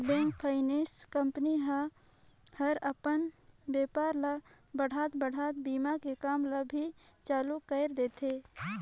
bank, finance company ह हर अपन बेपार ल बढ़ात बढ़ात बीमा के काम ल भी चालू कइर देथे